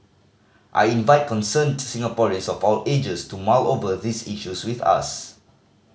I invite concerned Singaporeans of all ages to mull over these issues with us